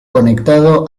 conectado